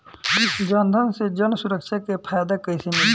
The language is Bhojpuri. जनधन से जन सुरक्षा के फायदा कैसे मिली?